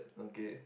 okay